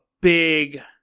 big